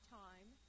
time